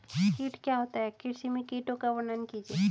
कीट क्या होता है कृषि में कीटों का वर्णन कीजिए?